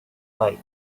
played